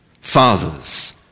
fathers